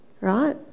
right